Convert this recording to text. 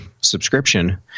subscription